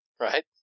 Right